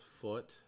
foot